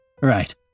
Right